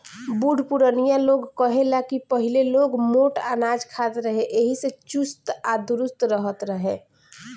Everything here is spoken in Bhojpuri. बुढ़ पुरानिया लोग कहे ला की पहिले लोग मोट अनाज खात रहे एही से चुस्त आ दुरुस्त रहत रहे